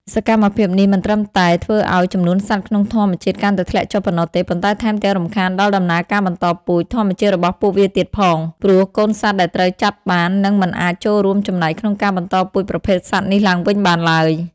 សកម្មភាពនេះមិនត្រឹមតែធ្វើឲ្យ ចំនួនសត្វក្នុងធម្មជាតិកាន់តែធ្លាក់ចុះប៉ុណ្ណោះទេ ប៉ុន្តែថែមទាំងរំខានដល់ដំណើរការបន្តពូជ ធម្មជាតិរបស់ពួកវាទៀតផង ព្រោះកូនសត្វដែលត្រូវចាប់បាននឹងមិនអាចចូលរួមចំណែកក្នុងការបន្តពូជប្រភេទសត្វនេះឡើងវិញបានឡើយ។